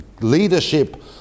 leadership